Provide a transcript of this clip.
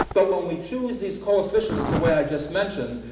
but when we choose these coefficients the way i just mentioned,